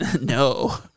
no